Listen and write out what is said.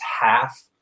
half